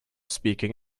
speaking